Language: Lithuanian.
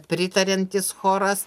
pritariantis choras